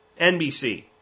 NBC